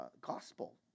gospel